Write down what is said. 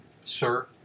Sir